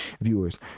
viewers